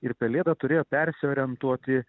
ir pelėda turėjo persiorientuoti